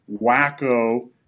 wacko